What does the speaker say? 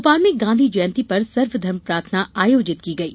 भोपाल में गांधी जयंती पर सर्वधर्म प्रार्थना आयोजित की गयी